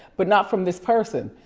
but not from this person.